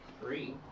Three